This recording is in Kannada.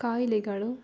ಕಾಯಿಲೆಗಳು